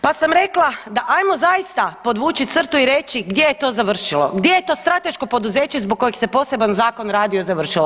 Pa sam rekla da ajmo zaista podvući crtu i reći gdje je to završilo, gdje je to strateško poduzeće zbog kojeg se poseban zakon radio, završilo.